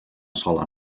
sola